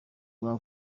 rwa